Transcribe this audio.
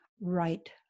right